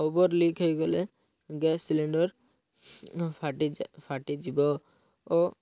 over leak ହେଇଗଲେ gas cylinder ଫାଟି ଫାଟିଯିବ ଓ